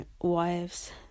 wives